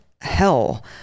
hell